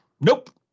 nope